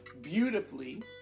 beautifully